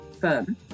firm